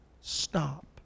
stop